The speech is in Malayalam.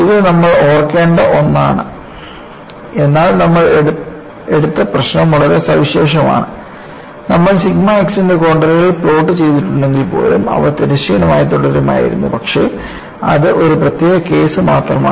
ഇത് നമ്മൾ ഓർമ്മിക്കേണ്ട ഒന്നാണ് എന്നാൽ നമ്മൾ എടുത്ത പ്രശ്നം വളരെ സവിശേഷമാണ് നമ്മൾ സിഗ്മ x ന്റെ കോൺണ്ടറുകൾ പ്ലോട്ട് ചെയ്തിട്ടുണ്ടെങ്കിൽ പോലും അവ തിരശ്ചീനമായി തുടരുമായിരുന്നു പക്ഷേ അത് ഒരു പ്രത്യേക കേസ് മാത്രമാണ്